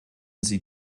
sie